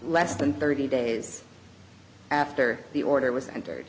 less than thirty days after the order was entered